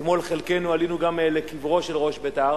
אתמול חלקנו גם עלינו לקברו של ראש בית"ר,